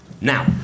now